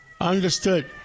Understood